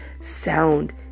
sound